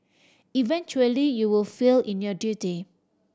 eventually you will fail in your duty